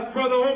Brother